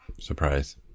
Surprise